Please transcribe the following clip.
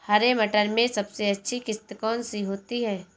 हरे मटर में सबसे अच्छी किश्त कौन सी होती है?